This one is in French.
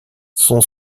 son